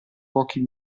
pochi